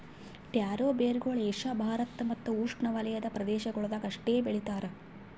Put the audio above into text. taro ಬೇರುಗೊಳ್ Asia Bharat ಮತ್ತ್ ಉಷ್ಣೆವಲಯದ ಪ್ರದೇಶಗೊಳ್ದಾಗ್ ಅಷ್ಟೆ ಬೆಳಿತಾರ್